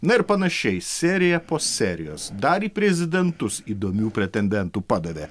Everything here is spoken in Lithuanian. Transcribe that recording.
na ir panašiai serija po serijos dar į prezidentus įdomių pretendentų padavė